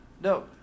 No